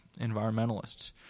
environmentalists